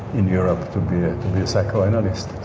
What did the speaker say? in europe to be a psychoanalyst.